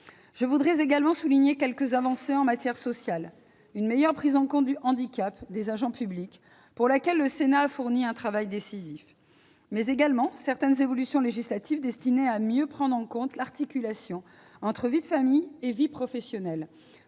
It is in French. Je voudrais également souligner quelques avancées en matière sociale : une meilleure prise en compte du handicap des agents publics, pour laquelle le Sénat a fourni un travail décisif, mais également certaines évolutions législatives destinées à améliorer l'articulation entre vie de famille et vie professionnelle